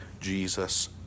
Jesus